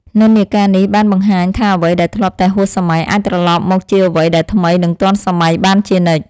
និន្នាការនេះបានបង្ហាញថាអ្វីដែលធ្លាប់តែហួសសម័យអាចត្រឡប់មកជាអ្វីដែលថ្មីនិងទាន់សម័យបានជានិច្ច។